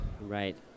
right